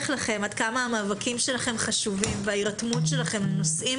לכם עד כמה המאבקים שלכם חשובים וההירתמות שלהם לנושאים